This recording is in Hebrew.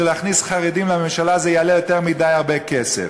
שלהכניס חרדים לממשלה יעלה הרבה יותר מדי כסף,